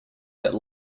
that